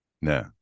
no